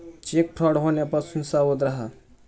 check fraud होण्यापासून सावध रहा